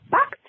Box